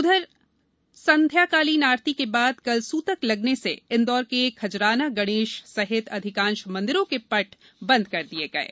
उधर इंदौर सांध्यकालीन आरती के बाद कल सूतक लगने से खजराना गणेश सहित अधिकांश मंदिरों के पट बंद कर दिये गये